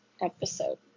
episode